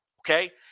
Okay